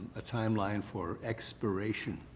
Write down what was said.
a timeline for expiration,